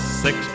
six